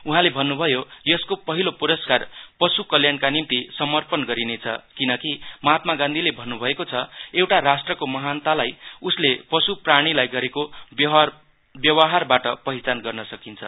उहाँले भन्नुभयो यसको पहिलो पुरस्कार पशुकल्याणका निम्ति समर्पण गरिनेछ किनकी महात्मा गान्धीले भन्नुभएको छ एउटा राष्ट्रिको महान्तालाई उसले पशुप्राणीलाई गरेको व्यवहारबाट पहिचान गर्न सकिन्छ